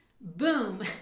Boom